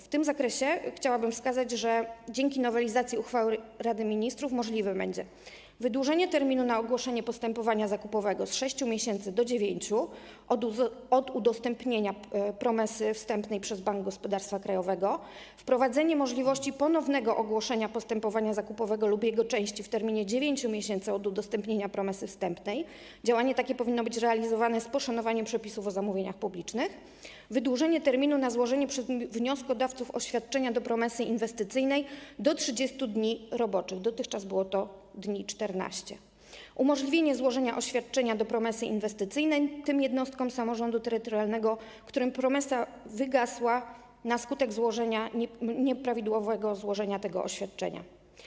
W tym zakresie chciałabym wskazać, że dzięki nowelizacji uchwały Rady Ministrów możliwe będzie: wydłużenie terminu na ogłoszenie postępowania zakupowego z 6 do 9 miesięcy od udostępnienia promesy wstępnej przez Bank Gospodarstwa Krajowego; wprowadzenie możliwości ponownego ogłoszenia postępowania zakupowego lub jego części w terminie 9 miesięcy od udostępnienia promesy wstępnej - działanie takie powinno być realizowane z poszanowaniem przepisów o zamówieniach publicznych; wydłużenie terminu na złożenie przez wnioskodawców oświadczenia do promesy inwestycyjnej do 30 dni roboczych - dotychczas było to 14 dni; złożenie oświadczenia do promesy inwestycyjnej przez te jednostki samorządu terytorialnego, którym promesa wygasła na skutek nieprawidłowego złożenia tego oświadczenia.